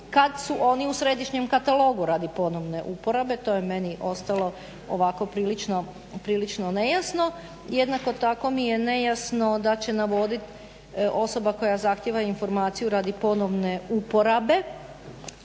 kad su oni u središnjem katalogu radi ponovne uporabe, to je meni ostalo ovako prilično nejasno, jednako tako mi je nejasno da će navoditi osoba koja zahtijeva informaciju radi ponovne uporabe,